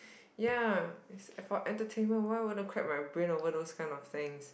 ya is for entertainment why would I want to crack my brains over those kind of things